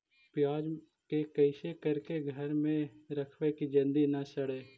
प्याज के कैसे करके घर में रखबै कि जल्दी न सड़ै?